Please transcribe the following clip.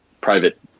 Private